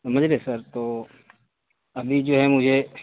سمجھ رہے سر تو ابھی جو ہے مجھے